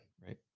Right